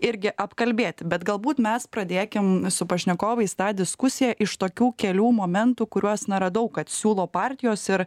irgi apkalbėti bet galbūt mes pradėkim su pašnekovais tą diskusiją iš tokių kelių momentų kuriuos na radau kad siūlo partijos ir